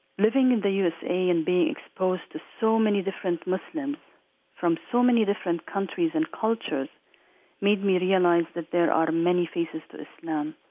living in the u s a. and being exposed to so many different muslims from so many different countries and cultures made me realize that there are many faces to islam.